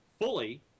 Fully